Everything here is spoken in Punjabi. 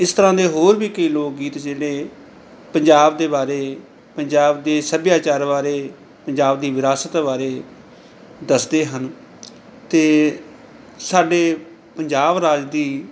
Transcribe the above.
ਇਸ ਤਰ੍ਹਾਂ ਦੇ ਹੋਰ ਵੀ ਕਈ ਲੋਕ ਗੀਤ ਜਿਹੜੇ ਪੰਜਾਬ ਦੇ ਬਾਰੇ ਪੰਜਾਬ ਦੇ ਸੱਭਿਆਚਾਰ ਬਾਰੇ ਪੰਜਾਬ ਦੀ ਵਿਰਾਸਤ ਬਾਰੇ ਦੱਸਦੇ ਹਨ ਅਤੇ ਸਾਡੇ ਪੰਜਾਬ ਰਾਜ ਦੀ